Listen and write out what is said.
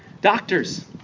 doctors